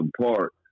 Park